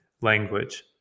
language